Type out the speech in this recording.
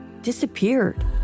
disappeared